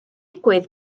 digwydd